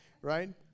right